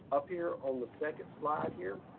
up here on the second slide here.